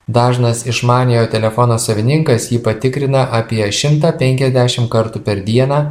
dažnas išmaniojo telefono savininkas jį patikrina apie šimtą penkiasdešim kartų per dieną